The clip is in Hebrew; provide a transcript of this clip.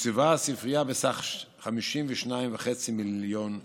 תוקצבה הספרייה בסך 52.5 מיליון ש"ח,